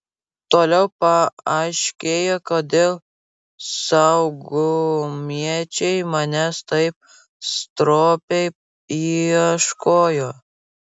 toliau paaiškėjo kodėl saugumiečiai manęs taip stropiai ieškojo